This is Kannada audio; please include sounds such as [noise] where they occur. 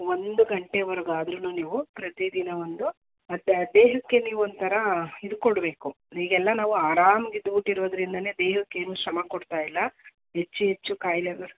ಒಂದು ಗಂಟೆವರೆಗಾದ್ರೂ ನೀವು ಪ್ರತಿ ದಿನ ಒಂದು [unintelligible] ದೇಹಕ್ಕೆ ನೀವು ಒಂಥರ ಇದು ಕೊಡಬೇಕು ಈಗೆಲ್ಲ ನಾವು ಆರಾಮಾಗಿ ಇದ್ಬಿಟ್ಟಿರೋದ್ರಿಂದಲೇ ದೇಹಕ್ಕೇನೂ ಶ್ರಮ ಕೊಡ್ತಾಯಿಲ್ಲ ಹೆಚ್ಚು ಹೆಚ್ಚು ಕಾಯಿಲೆಗಳು